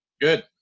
Good